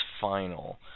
final